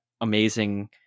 amazing